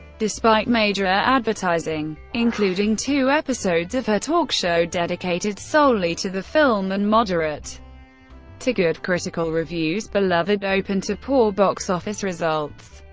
despite major advertising, including two episodes of her talk show dedicated solely to the film, and moderate to good critical reviews, beloved opened to poor box-office results,